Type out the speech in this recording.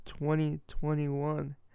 2021